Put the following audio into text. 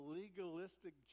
legalistic